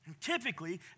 Typically